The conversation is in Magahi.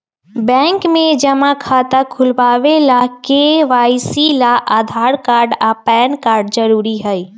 बैंक में जमा खाता खुलावे ला के.वाइ.सी ला आधार कार्ड आ पैन कार्ड जरूरी हई